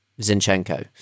Zinchenko